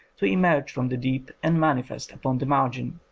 to emerge from the deep and manifest upon the mar gin.